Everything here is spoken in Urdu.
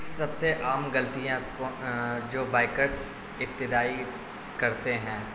کچھ سب سے عام غلطیاں جو بائکرس ابتدائی کرتے ہیں